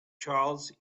charles